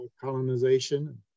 colonization